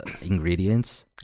ingredients